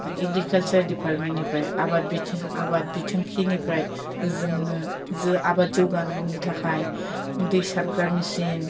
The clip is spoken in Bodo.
एग्रिकालचार डिपार्टमेन्टनिफ्राय आबाद बिथिं आबाद बिथांखिनिफ्राय जोंनो जो आबाद जौगानायनि थाखाय दै सारग्रा मेचिन